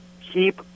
keep